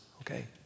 okay